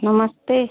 नमस्ते